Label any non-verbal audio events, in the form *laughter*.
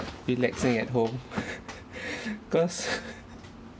relaxing at home *laughs* cause *laughs*